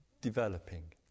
developing